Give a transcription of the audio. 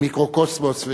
היא מיקרוקוסמוס,